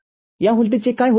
या व्होल्टेजचे काय होत आहे